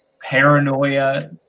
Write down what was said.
paranoia